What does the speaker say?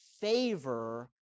favor